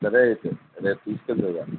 సరే అయితే రేపు తీసుకెళ్దువు కానీ